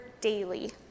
daily